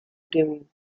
den